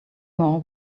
more